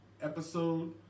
episode